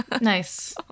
Nice